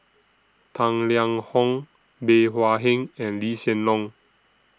Tang Liang Hong Bey Hua Heng and Lee Hsien Loong